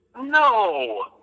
No